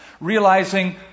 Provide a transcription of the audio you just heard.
realizing